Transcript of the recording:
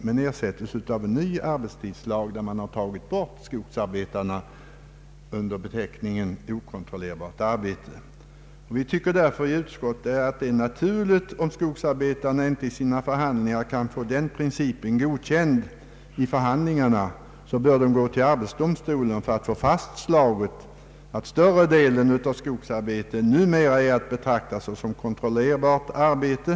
Denna ersätts av en ny arbetstidslag, där man tagit bort skogsarbetarna under beteckningen okontrollerade arbetare. Utskottet finner det därför naturligt att om skogsarbetarna vid förhandlingar inte kan få denna princip godkänd, bör de gå till arbetsdomstolen för att få fastslaget att större delen av skogsarbetet numera är att betrakta såsom kontrollerbart arbete.